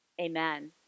Amen